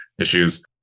issues